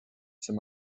some